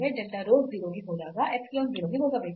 delta rho 0 ಗೆ ಹೋದಾಗ epsilon 0 ಗೆ ಹೋಗಬೇಕು